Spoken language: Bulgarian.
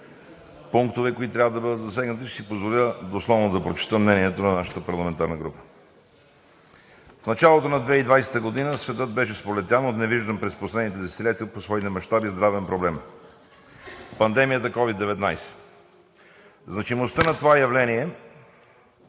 пунктове, които трябва да бъдат засегнати, ще си позволя дословно да прочета мнението на нашата парламентарна група. В началото на 2020 г. светът беше сполетян от невиждан през последните десетилетия по своите мащаби здравен проблем – пандемията COVID-19. Значимостта на това явление